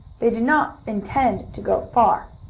they did not intend to go far,